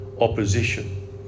opposition